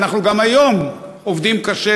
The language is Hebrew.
ואנחנו גם היום עובדים קשה,